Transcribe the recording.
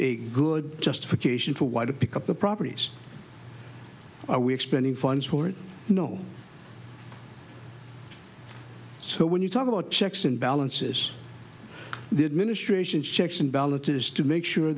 a good justification for why the pick up the properties are we expanding funds for it you know so when you talk about checks and balances the administration checks and balances to make sure